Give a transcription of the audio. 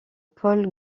paul